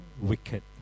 wicked